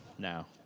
now